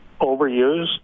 overused